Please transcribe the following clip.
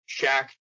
Shaq